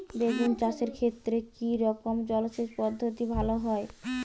বেগুন চাষের ক্ষেত্রে কি রকমের জলসেচ পদ্ধতি ভালো হয়?